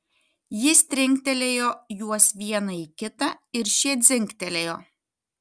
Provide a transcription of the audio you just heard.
jis trinktelėjo juos vieną į kitą ir šie dzingtelėjo